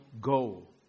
goal